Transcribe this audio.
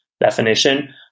definition